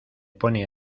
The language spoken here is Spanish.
pone